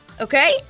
Okay